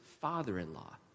father-in-law